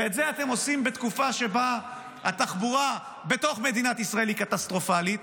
ואת זה אתם עושים בתקופה שבה התחבורה בתוך מדינת ישראל היא קטסטרופלית